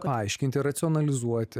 paaiškinti racionalizuoti